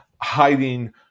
hiding